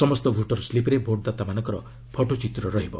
ସମସ୍ତ ଭୋଟର ସ୍କିପ୍ରେ ଭୋଟ୍ଦାତାଙ୍କର ଫଟୋଚିତ୍ର ରହିବ